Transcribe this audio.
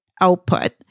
output